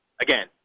again